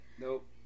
Nope